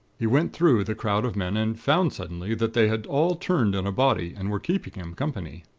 he went through the crowd of men, and found suddenly that they had all turned in a body and were keeping him company.